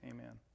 Amen